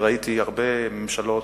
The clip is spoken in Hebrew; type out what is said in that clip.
וראיתי הרבה ממשלות.